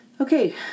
Okay